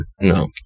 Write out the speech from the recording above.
No